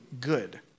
good